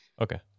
Okay